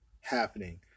happening